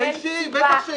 תתבייש אתה.